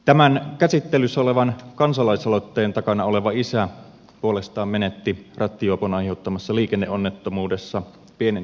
tämän käsittelyssä olevan kansalaisaloitteen takana oleva isä puolestaan menetti rattijuopon aiheuttamassa liikenneonnettomuudessa pienen tyttärensä